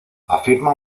afirma